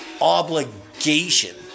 ...obligation